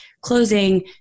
closing